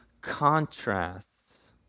contrasts